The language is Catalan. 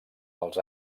els